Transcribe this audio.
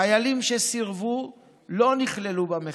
חיילים שסירבו לא נכללו במחקר.